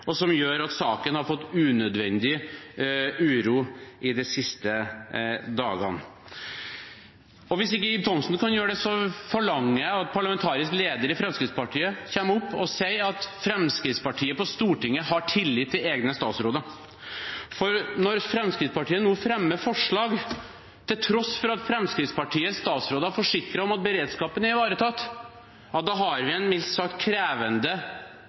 og som gjør at saken har skapt unødvendig uro de siste dagene. Og hvis ikke Ib Thomsen kan gjøre det, forlanger jeg at parlamentarisk leder i Fremskrittspartiet kommer opp og sier at Fremskrittspartiet på Stortinget har tillit til egne statsråder. For når Fremskrittspartiet nå fremmer forslag, til tross for at Fremskrittspartiets statsråder forsikrer om at beredskapen er ivaretatt, da har vi en mildt sagt krevende